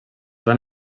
van